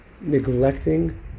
neglecting